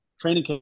training